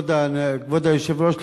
כבוד היושב-ראש,